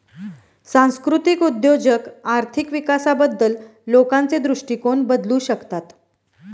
सांस्कृतिक उद्योजक आर्थिक विकासाबद्दल लोकांचे दृष्टिकोन बदलू शकतात